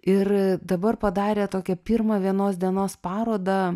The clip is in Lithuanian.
ir dabar padarė tokią pirmą vienos dienos parodą